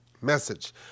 message